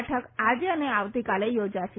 બેઠક આજે અને આવતીકાલે યોજાશે